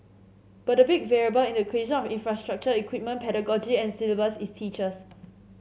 but the big variable in the equation if infrastructure equipment pedagogy and syllabus is teachers